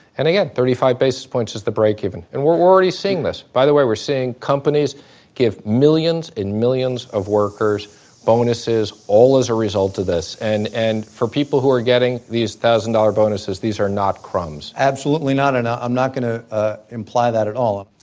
and again, thirty five basis points is the break even. and and we're already seeing this. by the way, we're seeing companies give millions and millions of workers bonuses all as a result of this. and and for people who are getting these thousand-dollar bonuses, these are not crumbs absolutely not, and i'm not going to ah imply that at all. um